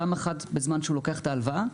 פעם אחת בזמן שהוא לוקח את ההלוואה.